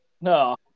No